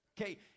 Okay